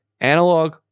Analog